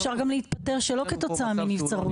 אפשר גם להתפטר שלא כתוצאה של נבצרות.